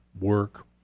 work